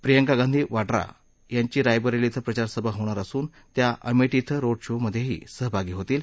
प्रियंका गांधी वाड्रा यांची रायबरेली क्वें प्रचारसभा होणार असून त्या अमेठी क्वें रोड शो मधेही सहभागी होतील